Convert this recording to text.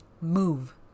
move